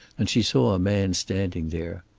and she saw a man standing there.